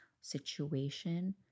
situation